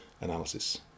analysis